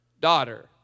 daughter